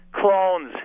Clones